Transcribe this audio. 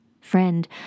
Friend